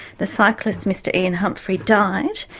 the cyclist, mr ian humphrey, died,